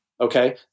okay